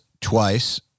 twice